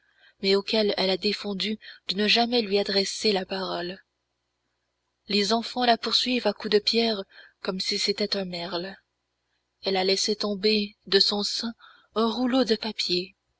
mais auxquels elle a défendu de ne jamais lui adresser la parole les enfants la poursuivent à coups de pierre comme si c'était un merle elle a laissé tomber de son sein un rouleau de papier